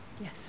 Yes